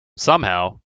somehow